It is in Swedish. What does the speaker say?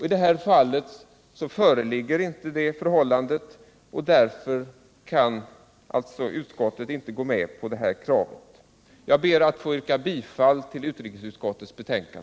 I det här fallet föreligger inte det förhållandet, och därför kan inte utskottet gå med på vpk:s krav. Jag ber att få yrka bifall till utrikesutskottets hemställan.